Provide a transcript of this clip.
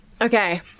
Okay